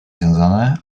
związane